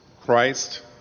Christ